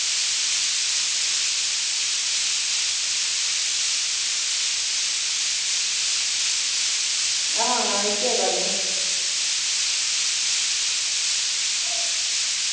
आं इयै गल्ल ऐ